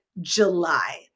July